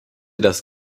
das